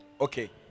Okay